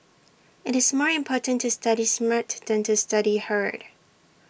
IT is more important to study smart than to study hard